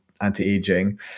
anti-aging